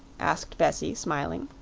asked bessie, smiling.